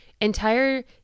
entire